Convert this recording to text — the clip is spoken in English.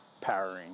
powering